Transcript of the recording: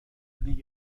لیگ